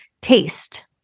Taste